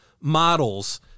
models